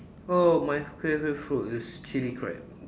oh my favourite food is chili crab